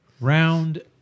round